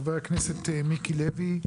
ח"כ מיקי לוי,